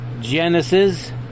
Genesis